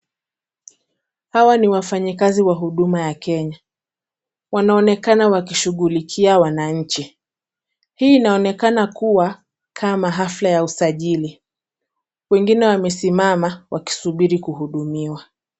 Hawa ni wafanyikazi wa huduma ya Kenya wanaonekana waki shughulikia wananchi. Hii inaonekana kuwa kama hafla ya usajili. Wengine wamesimama wakisubiri kuhudumiwa.